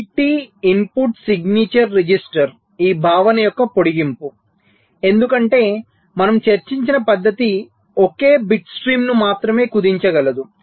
multi input signature register ఈ భావన యొక్క పొడిగింపు ఎందుకంటే మనము చర్చించిన పద్ధతి ఒకే బిట్ స్ట్రీమ్ను మాత్రమే కుదించగలదు